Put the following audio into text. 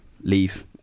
leave